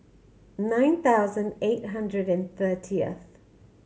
nine thousand eight hundred and thirtyth